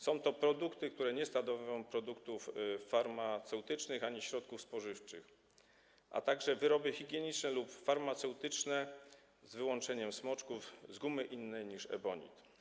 Są to produkty, które nie są produktami farmaceutycznymi ani środkami spożywczymi, a także wyrobami higienicznymi lub farmaceutycznymi, z wyłączeniem smoczków z gumy innej niż ebonit.